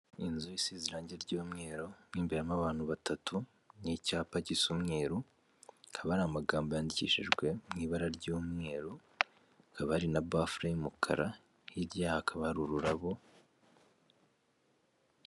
Inzu isize irangi ry'umweru, mo imbere harimo abantu batatu n'icyapa gisa umweru, hakaba hari amagambo yandikishijwe mu ibara ry'umweru, hakaba hari na bafure y'umukara, hirya yayo hakaba hari ururabo...